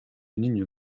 ligne